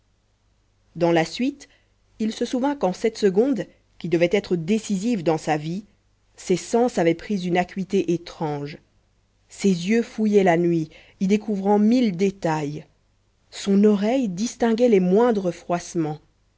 dans la suite il se souvint qu'en cette seconde qui devait être décisive dans sa vie ses sens avaient pris une acuité étrange ses yeux fouillaient la nuit y découvrant mille détails son oreille distinguait les moindres